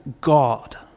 God